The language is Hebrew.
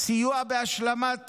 סיוע בהשלמת